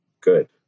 good